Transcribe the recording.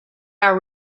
our